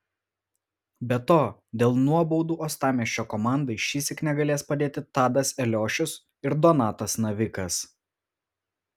be to dėl nuobaudų uostamiesčio komandai šįsyk negalės padėti tadas eliošius ir donatas navikas